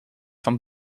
van